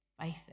faith